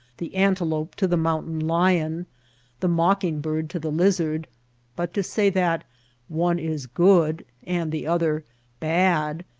the antelope to the mountain-lion, the mocking-bird to the lizard but to say that one is good and the other bad,